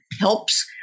helps